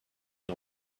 the